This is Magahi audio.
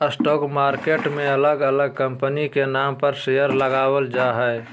स्टॉक मार्केट मे अलग अलग कंपनी के नाम पर शेयर लगावल जा हय